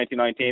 2019